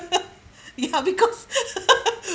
ya because